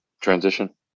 transition